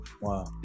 Wow